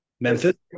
Memphis